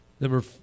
Number